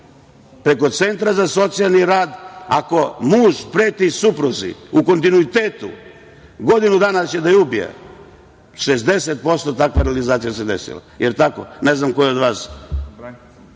preko Centra za socijalni rad ako muž preti supruzi u kontinuitetu godinu dana da će da je ubije, 60% takva realizacija se desila, jel tako? Ne znam ko je od vas,